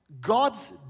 God's